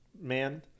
man